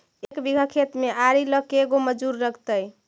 एक बिघा खेत में आरि ल के गो मजुर लगतै?